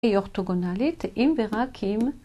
היא אורתוגונלית אם ורק אם.